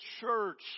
church